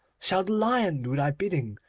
shall the lion do thy bidding,